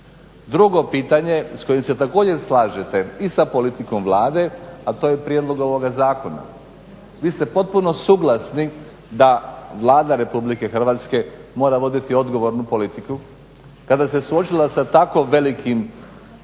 Drugo pitanje s kojim se također slažete i sa politikom Vlade a to je prijedlog ovoga Zakona. Vi ste potpuno suglasni da Vlada Republike Hrvatske mora voditi odgovornu politiku. Kada se suočila sa tako velikim